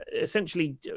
essentially